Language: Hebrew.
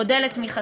אודה על תמיכתכם.